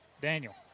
Daniel